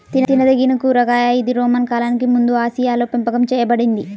తినదగినమూల కూరగాయ ఇది రోమన్ కాలానికి ముందుఆసియాలోపెంపకం చేయబడింది